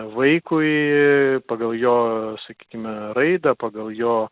vaikui pagal jo sakykime raidą pagal jo